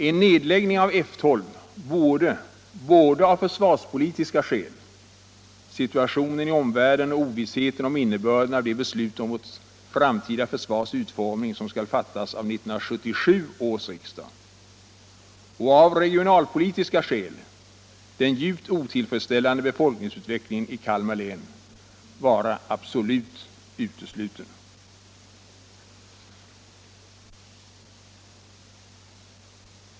En nedläggning av F 12 vore både av försvarspolitiska skäl — situationen i omvärlden och ovissheten om innebörden av de beslut om vårt framtida försvars utformning som skall fattas av 1977 års riksmöte — och av regionalpolitiska skäl, dvs. den djupt otillfredsställande befolkningsutvecklingen i Kalmar län, absolut utesluten.